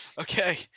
Okay